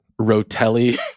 rotelli